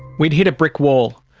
we'd hit a brick wall.